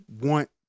want